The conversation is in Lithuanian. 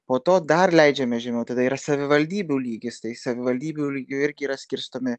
po to dar leidžiamės žemiau tada yra savivaldybių lygis tai savivaldybių lygiu irgi yra skirstomi